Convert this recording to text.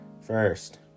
first